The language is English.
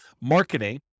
marketing